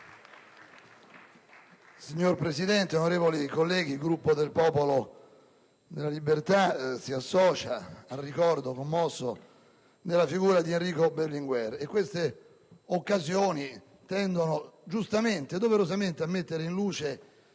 Signor Presidente, onorevoli colleghi, il Gruppo del Popolo della Libertà si associa al ricordo commosso della figura di Enrico Berlinguer. Queste occasioni tendono giustamente e doverosamente a mettere in luce